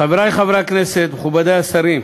חברי חברי הכנסת, מכובדי השרים,